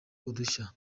udushya